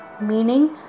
meaning